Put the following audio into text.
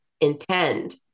intend